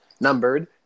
numbered